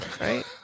right